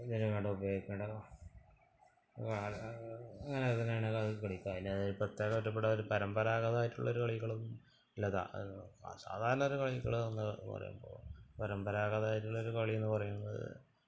എങ്ങനെയാണോ ഉപയോഗിക്കേണ്ടത് അങ്ങനെ തന്നെയാണ് അത് കളിക്കുക അല്ലാതെ പ്രത്യേകമായിട്ട് ഇവിടെ ഒരു പരമ്പരാഗതമായിട്ടുള്ളൊരു കളികളൊന്നും ഇല്ല സാധാരണ ഒരു കളികളെന്നു പറയുമ്പോള് പരമ്പരാഗതമായിട്ടുള്ളൊരു കളി എന്ന് പറയുന്നത്